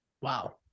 Wow